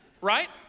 right